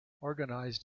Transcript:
organised